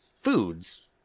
foods